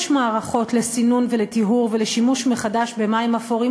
יש מערכות לסינון ולטיהור ולשימוש מחדש במים אפורים,